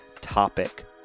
topic